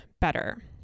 better